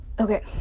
Okay